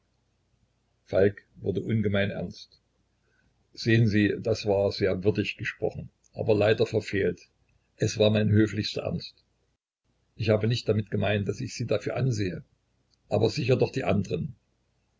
falk wurde ungemein ernst sehen sie das war sehr würdig gesprochen aber leider verfehlt es war mein höflichster ernst ich habe nicht damit gemeint daß ich sie dafür ansehe aber sicher doch die andren